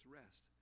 rest